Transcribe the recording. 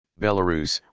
Belarus